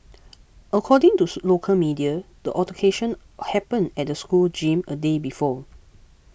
according tooth local media the altercation happened at the school gym a day before